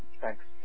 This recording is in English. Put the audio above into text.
Thanks